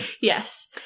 Yes